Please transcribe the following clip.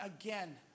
again